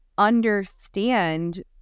understand